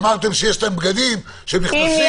אמרתם שיש להם בגדים שהם נכנסים,